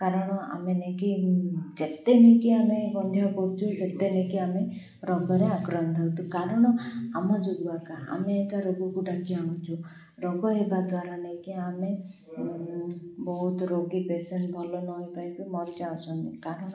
କାରଣ ଆମେ ନେଇକି ଯେତେ ନେଇକି ଆମେ ଗନ୍ଧିଆ କରୁଛେ ସେତେ ନେଇକି ଆମେ ରୋଗରେ ଆକ୍ରାନ୍ତ ହଉଛୁ କାରଣ ଆମ ଯୋଗୁଁ ଆକା ଆମେ ଏକା ରୋଗକୁ ଡାକି ଆଣୁଛୁ ରୋଗ ହେବା ଦ୍ୱାରା ନେଇକି ଆମେ ବହୁତ ରୋଗୀ ପେସେଣ୍ଟ ଭଲ ନହେଇ ପାରିକି ମରି ଯାଉଛନ୍ତି କାରଣ